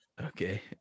Okay